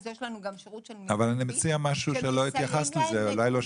יש לנו גם שירות של מתנדבים שמסייעים להם במקוון.